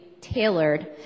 tailored